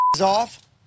off